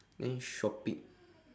then shopping